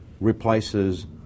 replaces